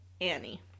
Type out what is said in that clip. Annie